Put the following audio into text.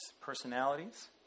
personalities